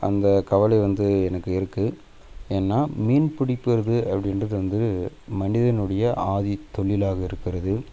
அந்த கவலை வந்து எனக்கு இருக்குது ஏன்னால் மீன் பிடிக்கறது அப்படின்றது வந்து மனிதனுடைய ஆதி தொழிலாக இருக்கிறது